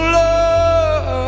love